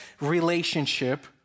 relationship